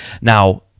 Now